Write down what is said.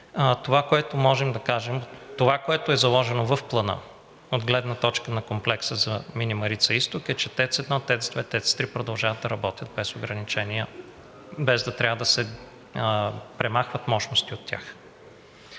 това, което е заложено в Плана от гледна точка на комплекса „Мини Марица-изток“, е, че ТЕЦ 1, ТЕЦ 2, ТЕЦ 3 продължават да работят, без да трябва да се премахват мощности от тях.